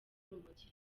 urumogi